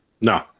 No